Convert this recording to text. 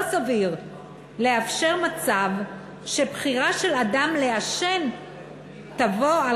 לא סביר לאפשר מצב שבחירה של אדם לעשן תבוא על